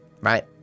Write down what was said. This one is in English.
right